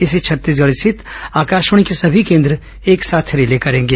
इसे छत्तीसगढ़ स्थित आकाशवाणी के सभी केन्द्र एक साथ रिले करेंगे